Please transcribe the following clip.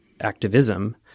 activism